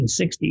1960